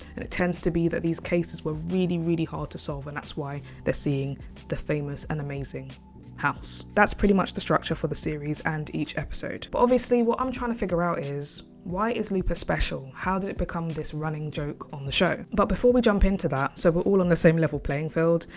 and it tends to be that these cases were really, really hard to solve. and that's why they're seeing the famous and amazing house. that's pretty much the structure for the series and each episode. but obviously, what i'm trying to figure out is why is lupus special? how did it become this running joke on the show. but before we jump into that, so we're all on the same level playing field,